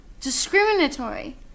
discriminatory